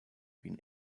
been